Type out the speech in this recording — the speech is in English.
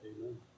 Amen